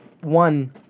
one